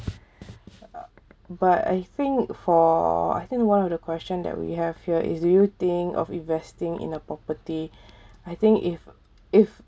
but I think for I think one of the question that we have here is do you think of investing in a property I think if if